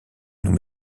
nous